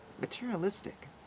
materialistic